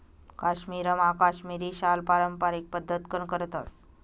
काश्मीरमा काश्मिरी शाल पारम्पारिक पद्धतकन करतस